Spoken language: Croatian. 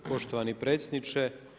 Poštovani predsjedniče.